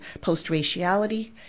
post-raciality